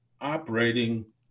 operating